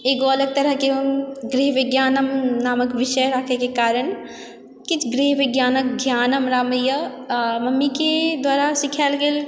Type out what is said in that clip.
एगो अलग तरहके हम गृह विज्ञानम नामके विषय राखैकेँ कारण किछु गृह विज्ञानके ज्ञान हमरामे यऽ आओर मम्मीके द्वारा सीखाओल गेल